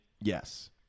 Yes